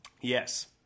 Yes